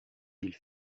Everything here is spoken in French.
qu’ils